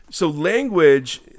language